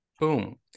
Boom